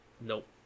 Nope